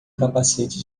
capacete